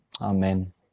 Amen